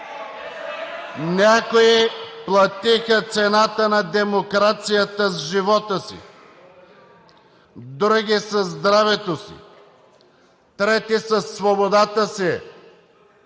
Някои платиха цената на демокрацията с живота си, други със здравето си, трети със свободата си.